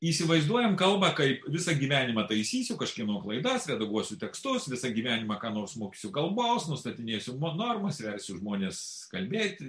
įsivaizduojam kalbą kaip visą gyvenimą taisysiu kažkieno klaidas redaguosiu tekstus visą gyvenimą ką nors mokysiu kalbos nustatinėsiu normas versiu žmones kalbėti